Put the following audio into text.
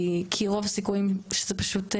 כי רוב הסיכויים שזה פשוט,